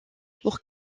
pour